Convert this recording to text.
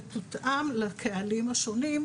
ותותאם לקהלים השונים,